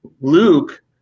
Luke